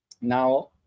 now